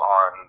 on